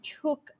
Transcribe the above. took